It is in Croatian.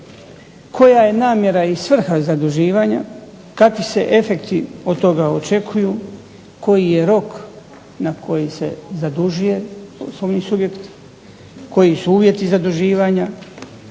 koja je namjera i svrha zaduživanja, kakvi se efekti od toga očekuju, koji je rok na koji se zadužuje poslovni subjekt, koji su uvjeti zaduživanja